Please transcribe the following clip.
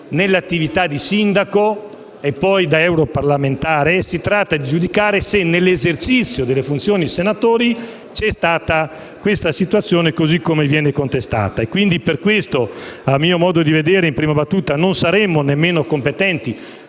nell'attività di sindaco e, poi, di europarlamentare. Si tratta di giudicare se, nell'esercizio delle funzioni di senatore, si è verificata la situazione così come contestata. Quindi per questo, a mio modo vedere, in prima battuta non saremmo nemmeno competenti,